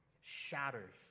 shatters